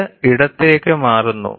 ഇത് ഇടത്തേക്ക് മാറ്റുന്നു